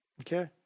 Okay